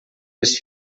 les